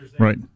Right